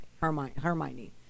Hermione